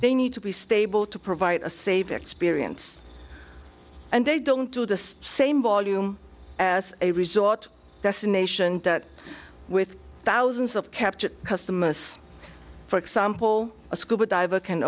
they need to be stable to provide a save experience and they don't do the same volume as a resort destination that with thousands of captured customers for example a scuba diver can